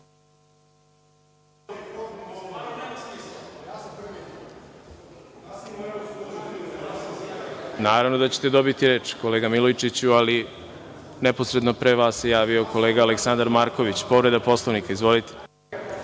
da ćete dobiti reč kolega Milojčiću, ali neposredno pre vas se javio kolega Aleksandar Marković. Povreda Poslovnika, izvolite.